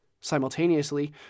Simultaneously